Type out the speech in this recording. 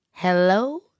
Hello